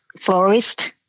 florist